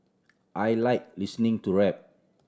I like listening to rap